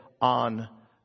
on